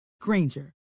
granger